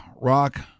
rock